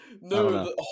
No